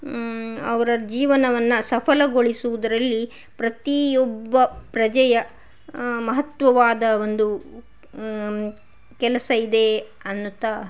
ಅವರ ಜೀವನವನ್ನು ಸಫಲಗೊಳಿಸುವುದರಲ್ಲಿ ಪ್ರತಿಯೊಬ್ಬ ಪ್ರಜೆಯ ಮಹತ್ವವಾದ ಒಂದು ಕೆಲಸ ಇದೆ ಅನ್ನುತ್ತಾ